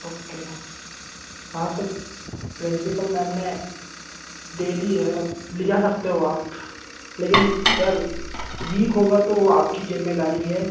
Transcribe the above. okay हाँ तो principal ma'am ने दे दी है लेजा सकते हो आप लेकिन सर वीक होगा तो वो आपकी जिम्मेदारी है